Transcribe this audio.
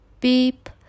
beep